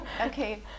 Okay